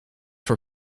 voor